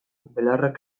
belarrak